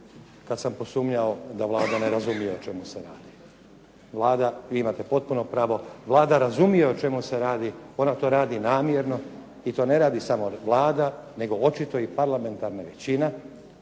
kada sam posumnjao da Vlada ne razumije o čemu se radi. Vlada, vi imate potpuno pravo, Vlada razumije o čemu se radi. Ona to radi namjerno i to ne radi samo Vlada, nego očito i parlamentarna većina.